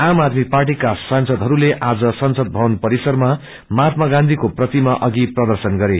आम आदमी पार्टीका सांसदहरूले आज संसद भवन परिसरमा महात्मा गांधीको प्रतिमा अघि प्रर्दशन गरे